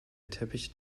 teppich